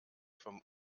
vom